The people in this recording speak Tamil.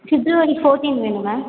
பிப்ரவரி ஃபோர்டின் வேணும் மேம்